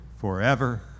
forever